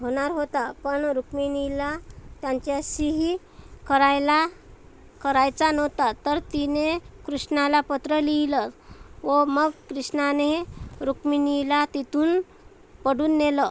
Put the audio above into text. होणार होता पण रुक्मिणीला त्यांच्याशीही करायला करायचा नव्हता तर तिने कृष्णाला पत्र लिहिलं व मग कृष्णाने रुक्मिणीला तिथून पळून नेलं